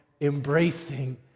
embracing